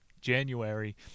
January